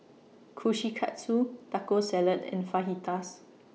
Kushikatsu Taco Salad and Fajitas